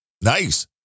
Nice